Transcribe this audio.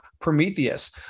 Prometheus